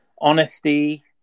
Honesty